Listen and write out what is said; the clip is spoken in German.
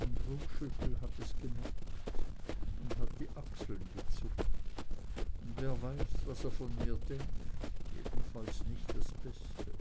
und rummschüttel hat es gemerkt und hat die achseln gezuckt und wer weiß was er von mir denkt jedenfalls nicht das beste